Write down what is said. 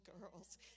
girls